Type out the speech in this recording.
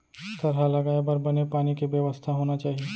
थरहा लगाए बर बने पानी के बेवस्था होनी चाही